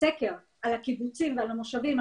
בסקר על הקיבוצים ועל המושבים,